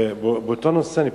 באותו נושא.